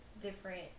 different